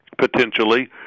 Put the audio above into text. potentially